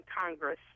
Congress